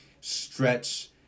stretch